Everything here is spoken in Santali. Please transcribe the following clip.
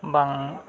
ᱵᱟᱝ